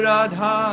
Radha